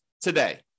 today